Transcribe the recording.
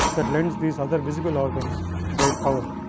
that lends this other visible organs their power.